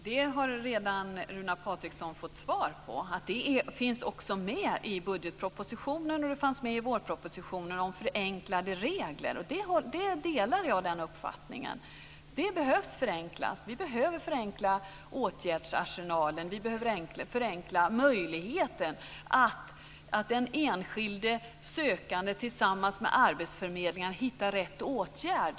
Fru talman! Runar Patriksson har redan fått svar på detta. Förenklade regler finns med i budgetpropositionen, och de fanns också med i vårpropositionen. Jag delar uppfattningen att det behövs förenklade regler. Vi behöver förenkla åtgärdsarsenalen, och vi behöver göra det enklare för den enskilde sökanden att tillsammans med arbetsförmedlingen hitta rätt åtgärd.